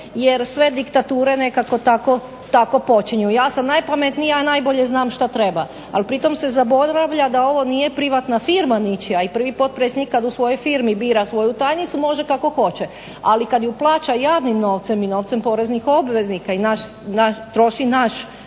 jer sve diktature ovako počinju. Ja sam najpametnija, ja najbolje znam što trebam, ali pri tome se zaboravlja da ovo nije firma ničija i prvi potpredsjednik kada u svojoj firmi bira svoju tajnicu može kako hoće, ali kada ju plaća javnim novcem i novcem poreznih obveznika i troši naš